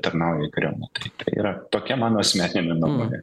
tarnauja kremliui tai yra tokia mano asmeninė nuomonė